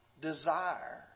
desire